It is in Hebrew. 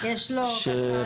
שיש לו תחביב,